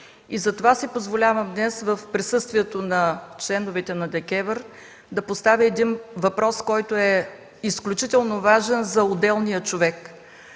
Затова си позволявам днес в присъствието на членовете на ДКЕВР да поставя въпрос, който е изключително важен за отделния човек.